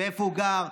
ואיפה הוא גר.